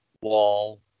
wall